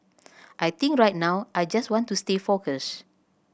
I think right now I just want to stay focused